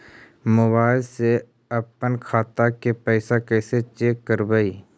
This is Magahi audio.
मोबाईल से अपन खाता के पैसा कैसे चेक करबई?